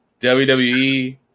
WWE